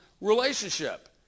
relationship